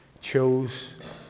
chose